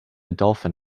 dolphin